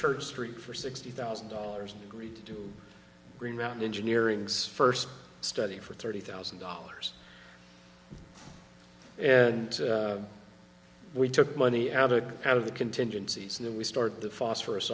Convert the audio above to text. church street for sixty thousand dollars greed to do green mountain engineering's first study for thirty thousand dollars and we took money out of it out of the contingencies and then we start the phosphorous